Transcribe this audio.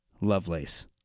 Lovelace